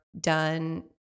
done